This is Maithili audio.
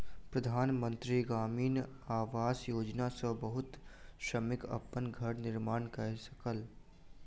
प्रधान मंत्री ग्रामीण आवास योजना सॅ बहुत श्रमिक अपन घर निर्माण कय सकल